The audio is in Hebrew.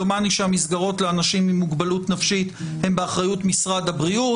דומני שהמסגרות לאנשים עם מוגבלות נפשית הם באחריות משרד הבריאות,